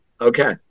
Okay